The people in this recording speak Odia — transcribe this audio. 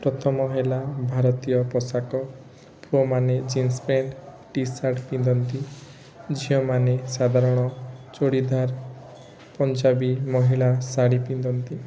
ପ୍ରଥମ ହେଲା ଭାରତୀୟ ପୋଷାକ ପୁଅମାନେ ଜିନ୍ସ ପ୍ଯାଣ୍ଟ ଟି ସାର୍ଟ ପିନ୍ଧନ୍ତି ଝିଅମାନେ ସାଧାରଣ ଚୁଡ଼ିଦାର୍ ପଞ୍ଜାବୀ ମହିଳା ଶାଢ଼ୀ ପିନ୍ଧନ୍ତି